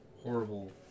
horrible